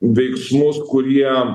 veiksmus kurie